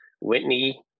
Whitney